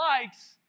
likes